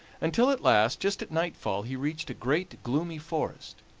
until at last, just at nightfall, he reached a great, gloomy forest.